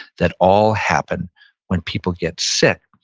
that all happen when people get sick.